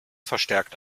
verstärkt